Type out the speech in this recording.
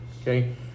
Okay